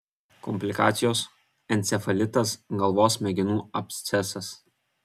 komplikacijos encefalitas galvos smegenų abscesas